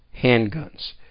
handguns